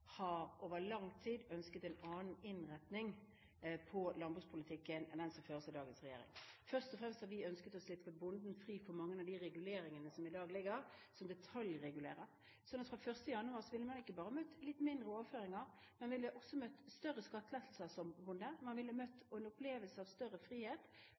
over lang tid har ønsket en annen innretning på landbrukspolitikken enn den som føres av dagens regjering. Først og fremst har vi ønsket å slippe bonden fri fra mange av de reguleringene som i dag ligger, detaljreguleringer, slik at fra 1. januar ville man som bonde ikke bare møtt litt mindre overføringer, man ville også møtt større skattelettelser, man ville fått en opplevelse av større frihet,